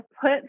put